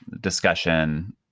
discussion